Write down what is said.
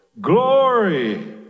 glory